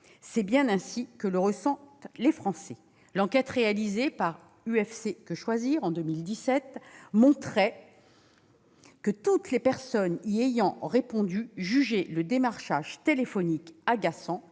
c'est bien ainsi que le ressentent les Français. L'enquête réalisée par l'UFC-Que Choisir en 2017 montrait que toutes les personnes y ayant répondu jugeaient le démarchage téléphonique « agaçant